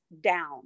down